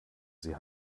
sie